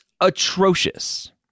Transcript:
atrocious